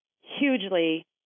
hugely